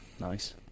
Nice